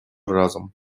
разом